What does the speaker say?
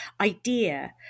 idea